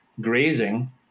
grazing